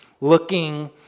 looking